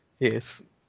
yes